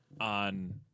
on –